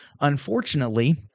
Unfortunately